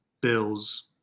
Bills